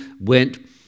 went